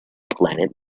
planet